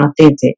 authentic